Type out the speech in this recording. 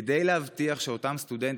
כדי להבטיח שאותם סטודנטים,